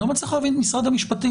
אני לא מצליח להבין את משרד המשפטים.